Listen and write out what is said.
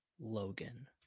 Logan